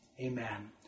amen